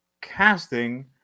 casting